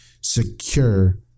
secure